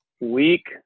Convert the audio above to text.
week